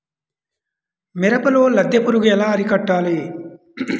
మిరపలో లద్దె పురుగు ఎలా అరికట్టాలి?